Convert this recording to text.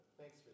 Thanks